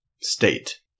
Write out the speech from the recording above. state